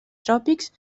tròpics